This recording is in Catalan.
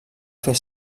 fer